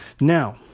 Now